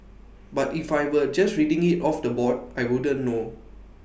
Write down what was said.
but if I were just reading IT off the board I wouldn't know